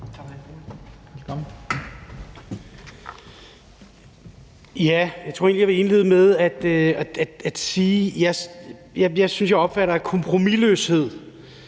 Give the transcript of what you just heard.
Tak for ordet,